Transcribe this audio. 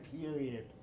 period